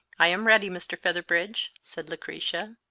i am ready, mr. featherbridge, said lucretia.